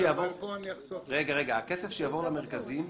הכסף שיעבור למרכזים,